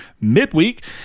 midweek